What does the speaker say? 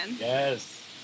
Yes